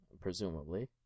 Presumably